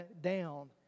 down